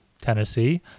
Tennessee